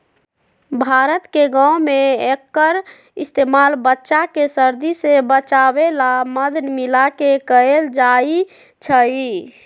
भारत के गाँव में एक्कर इस्तेमाल बच्चा के सर्दी से बचावे ला मध मिलाके कएल जाई छई